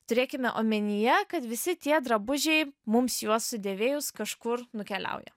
turėkime omenyje kad visi tie drabužiai mums juos sudėvėjus kažkur nukeliauja